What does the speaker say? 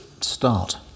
start